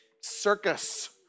circus